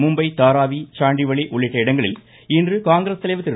மும்பை தாராவி சாண்டிவளி உள்ளிட்ட இடங்களில் இன்று காங்கிரஸ் தலைவா திரு